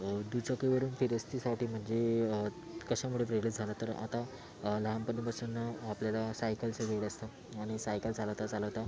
दुचाकीवरून फिरस्तीसाठी म्हणजे कश्यामुळे प्रेरित झाला तर आता लहानपणापासून आपल्याला सायकलचं वेड असतं आणि सायकल चालवता चालवता